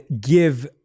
give